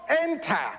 enter